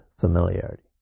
familiarity